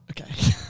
Okay